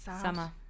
summer